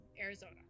Arizona